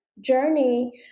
journey